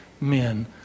men